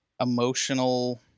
emotional